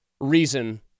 reason